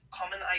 common